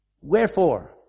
Wherefore